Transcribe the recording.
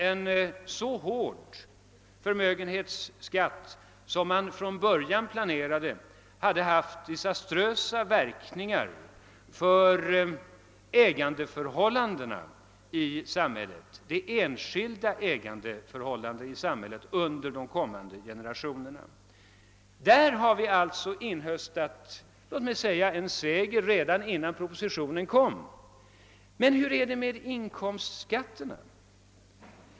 En så hård förmögenhetsskatt, som regeringen från början planerade, skulle ha haft förödande verkningar på ägandeförhållandena i samhället under kommande generationer. Där har vi alltså vunnit en seger redan innan propositionen framlades. Men hur är det med inkomstskatterna?